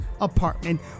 Apartment